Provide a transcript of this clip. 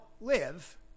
live